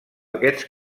aquests